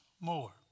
more